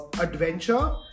adventure